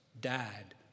died